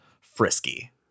Frisky